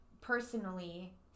personally